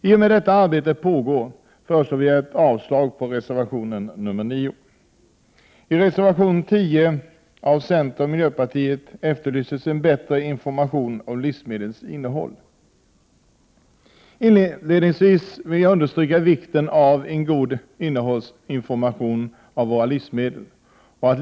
I och med att detta arbete pågår yrkar jag avslag på reservation 9. I reservation 10 från centern och miljöpartiet efterlyses en bättre information om livsmedlens innehåll. Jag vill understryka vikten av en god information om innehållet i våra livsmedel.